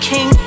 King